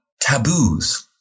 taboos